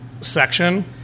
section